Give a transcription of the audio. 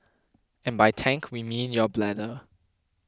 and by tank we mean your bladder